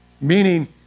meaning